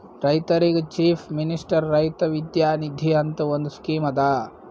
ರೈತರಿಗ್ chief minister Raitha Vidya Nidhi ಅಂತ್ ಒಂದ್ ಸ್ಕೀಮ್ ಅದಾ